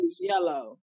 yellow